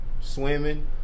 swimming